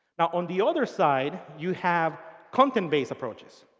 now, on the other side, you have content-based approaches.